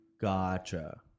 Gotcha